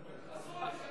אסור לו לשקר.